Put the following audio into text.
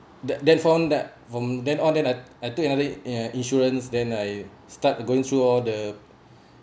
that then from that from then on then I I took another ya insurance then I start going through all the